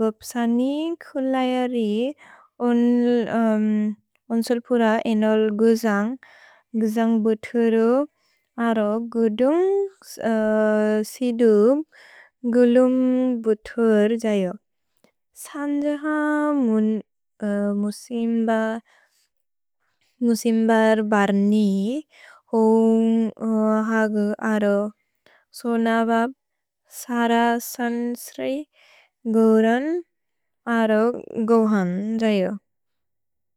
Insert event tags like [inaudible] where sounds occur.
बप्सनि खुलजरि ओन्सुल्पुर इनोल् गुजन्ग्, गुजन्ग् बुतुरु अर गुदुन्ग् सिदु गुलुन्ग् बुतुर् जयु। सन्जह [hesitation] मुसिम्बर् बर्नि हुन्ग् हगु अर सोन बप् सर सन्स्रि गुलुन्ग् अर गुहन् जयु।